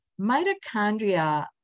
Mitochondria